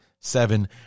seven